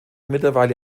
mittlerweile